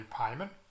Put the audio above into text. payment